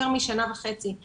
יותר משנה וחצי.